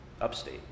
upstate